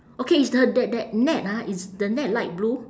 okay is the that that net ah is the net light blue